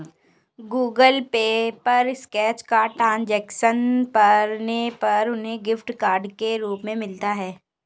Google Pay पर scratch card transaction करने पर उन्हें गिफ्ट कार्ड के रूप में मिलता है